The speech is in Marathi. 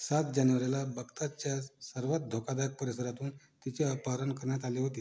सात जानेवारीला बगदादच्या सर्वात धोकादायक परिसरातून तिचे अपहरण करण्यात आले होते